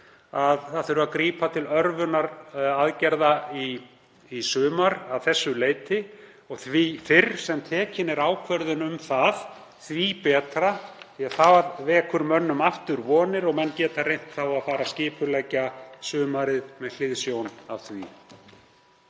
að grípa þurfi til örvunaraðgerða í sumar að þessu leyti og því fyrr sem tekin er ákvörðun um það því betra. Það vekur mönnum aftur vonir og menn geta reynt að fara að skipuleggja sumarið með hliðsjón af því.